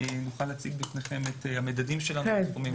נוכל להציג בפניכם את המדדים שלנו בתחומים השונים.